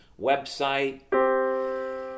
website